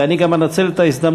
ואני גם אנצל את ההזדמנות,